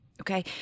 Okay